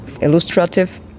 illustrative